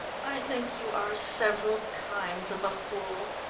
i think you are several kinds of a fool.